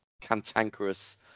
cantankerous